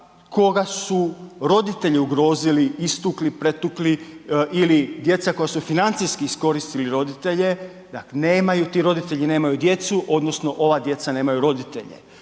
koga su roditelji ugrozili, istukli, pretukli ili djeca koja su financijski iskoristili roditelje da nemaju, ti roditelji da nemaju djecu odnosno ova djeca nemaju roditelje.